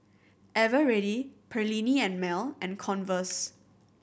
Eveready Perllini and Mel and Converse